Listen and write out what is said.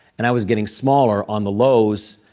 and i was getting smaller on the lows.